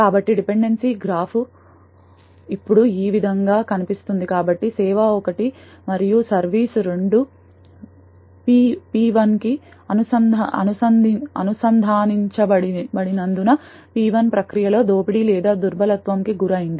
కాబట్టి డిపెండెన్సీ రేఖా చిత్రం ఇప్పుడు ఈ విధంగా కనిపిస్తుంది కాబట్టి సేవ 1 మరియు సర్వీస్ 2 పి 1 కి అనుసంధానించబడినందున పి 1 ప్రక్రియలో దోపిడీ లేదా దుర్బలత్వంకి గురిఅయింది